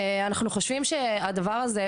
אנחנו חושבים שהדבר הזה,